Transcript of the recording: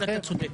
בזה אתה צודק.